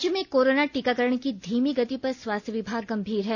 राज्य में कोरोना टीकाकरण की धीमी गति पर स्वास्थ्य विभाग गंभीर है